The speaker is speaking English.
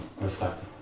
reflect